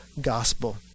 gospel